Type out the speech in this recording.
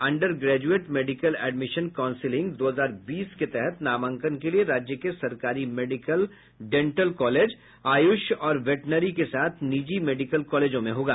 under graduate medical admission counselling दो हजार बीस के तहत नामांकन के लिए राज्य के सरकारी मेडिकल डेंटल कॉलेज आयुष और वेटनरी के साथ निजी मेडिकल कॉलेजों में होगा